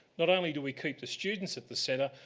not only do we keep the students at the centre,